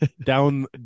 down